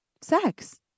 sex